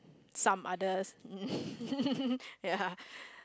some others ya